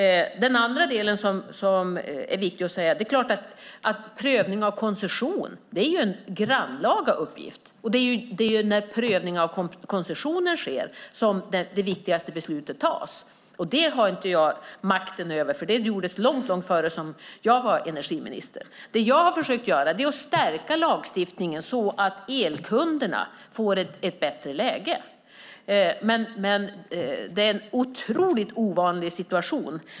Den andra delen som är viktig att säga är att prövning av koncession är en grannlaga uppgift. Det är när prövning av koncessionen sker som det viktigaste beslutet tas. Det har inte jag makten över, för det gjordes långt innan jag blev energiminister. Det jag har försökt göra är att stärka lagstiftningen så att elkunderna får ett bättre läge. Men det är en otroligt ovanlig situation.